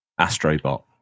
Astrobot